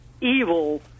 evil